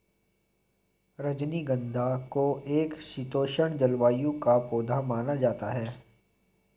रजनीगंधा को एक शीतोष्ण जलवायु का पौधा माना जाता है